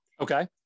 okay